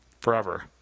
forever